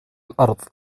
الأرض